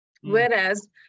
Whereas